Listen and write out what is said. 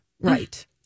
right